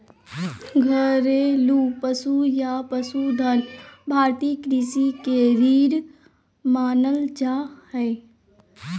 घरेलू पशु या पशुधन भारतीय कृषि के रीढ़ मानल जा हय